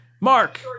Mark